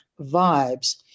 vibes